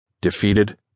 defeated